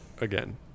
again